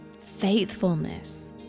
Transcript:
faithfulness